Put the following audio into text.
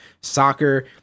soccer